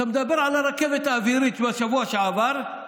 אתה מדבר על הרכבת האווירית מהשבוע שעבר,